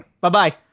Bye-bye